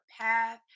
path